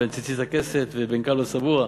בן ציצית הכסת ובן כלבא שבוע,